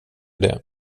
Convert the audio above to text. det